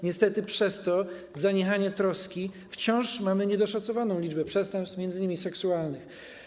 Niestety przez to zaniechanie troski wciąż mamy niedoszacowaną liczbę przestępstw, m.in. seksualnych.